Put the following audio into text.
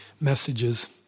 messages